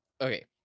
Okay